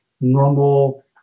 normal